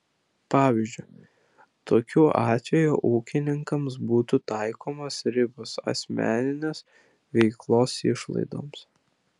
pavyzdžiui tokiu atveju ūkininkams būtų taikomos ribos asmeninės veiklos išlaidoms